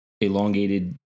elongated